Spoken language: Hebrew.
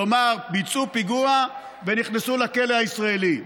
כלומר ביצעו פיגוע ונכנסו לכלא הישראלי.